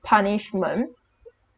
punishment